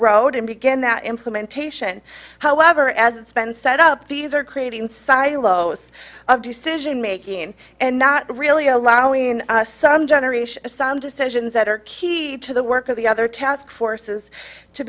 road and begin that implementation however as it's been set up these are creating silos of decision making and not really allowing in some generation a sound decisions that are key to the work of the other task forces to